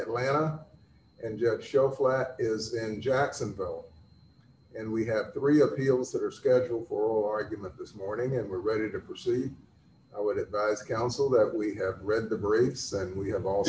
it lana and judge show flat is in jacksonville and we have three appeals that are scheduled for argument this morning and we're ready to proceed i would advise counsel that we have read the briefs that we have all